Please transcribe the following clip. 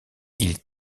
ils